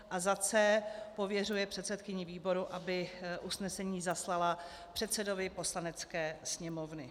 c) pověřuje předsedkyni výboru, aby usnesení zaslala předsedovi Poslanecké sněmovny.